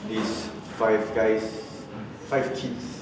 this give guys five kids